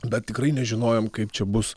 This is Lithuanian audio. bet tikrai nežinojom kaip čia bus